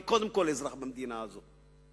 ואני קודם כול אזרח במדינה הזאת.